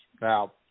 Now